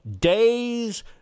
days